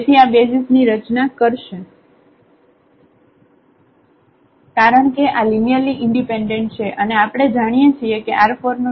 તેથી આ બેસિઝ ની રચના કરશે કારણ કે આ લિનિયરલી ઈન્ડિપેન્ડેન્ટ છે અને આપણે જાણીએ છીએ કે R4 નું ડાયમેન્શન 4 છે